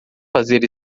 fazer